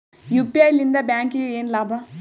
UPI ಲಿಂದ ಬ್ಯಾಂಕ್ಗೆ ಏನ್ ಲಾಭ?